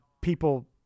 people